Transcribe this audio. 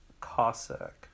Cossack